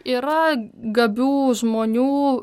yra gabių žmonių